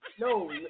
No